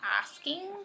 asking